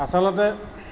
আচলতে